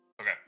Okay